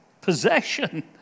possession